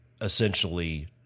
essentially